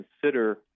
consider